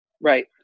Right